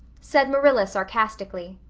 said marilla sarcastically.